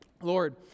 Lord